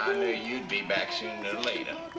and you'd be back sooner or later.